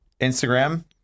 instagram